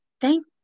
thank